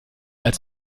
als